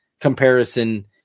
comparison